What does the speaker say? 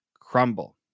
crumble